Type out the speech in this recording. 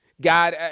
God